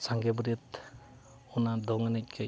ᱥᱟᱸᱜᱮ ᱵᱟᱹᱨᱭᱟᱹᱛ ᱚᱱᱟ ᱫᱚᱝ ᱮᱱᱮᱡ ᱠᱟᱹᱡ